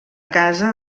casa